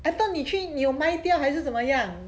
I thought 你去你有卖掉还是怎么样